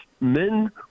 men